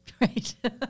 Right